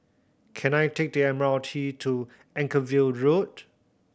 can I take the M R T to Anchorvale Road